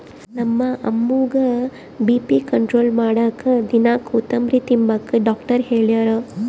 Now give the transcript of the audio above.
ನಮ್ಮ ಅಮ್ಮುಗ್ಗ BP control ಮಾಡಾಕ ದಿನಾ ಕೋತುಂಬ್ರೆ ತಿಂಬಾಕ ಡಾಕ್ಟರ್ ಹೆಳ್ಯಾರ